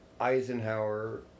Eisenhower